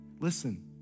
Listen